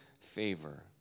favor